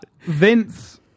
Vince